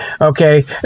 okay